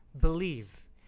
believe